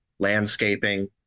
landscaping